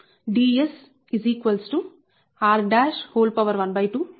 Ds r12